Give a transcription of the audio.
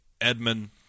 Edmund